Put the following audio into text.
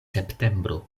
septembro